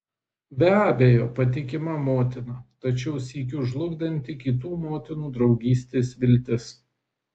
be abejo patikima motina tačiau sykiu žlugdanti kitų motinų draugystės viltis